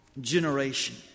generation